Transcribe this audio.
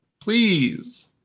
Please